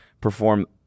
perform